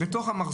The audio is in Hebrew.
למה?